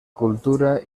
cultura